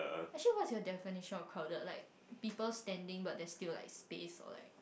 actually what's your definition of crowded like people standing but there's still like space or like